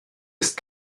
ist